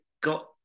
got